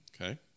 Okay